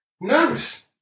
nervous